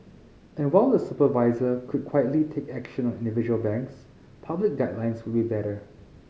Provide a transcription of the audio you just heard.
and while the supervisor could quietly take action on individual banks public guidelines would be better